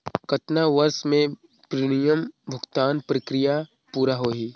कतना वर्ष मे प्रीमियम भुगतान प्रक्रिया पूरा होही?